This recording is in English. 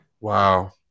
Wow